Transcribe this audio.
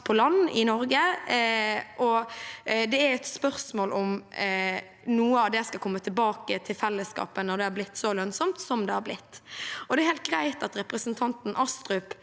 på land i Norge, og det er et spørsmål om noe av det skal komme tilbake til fellesskapet, når det har blitt så lønnsomt som det har blitt. Det er helt greit at representanten Astrup